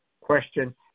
question